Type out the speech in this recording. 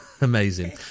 Amazing